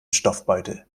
stoffbeutel